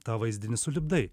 tą vaizdinį sulipdai